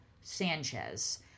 Sanchez